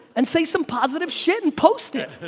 and say some positive shit and post it.